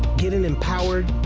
getting empowered,